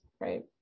right